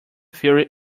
theory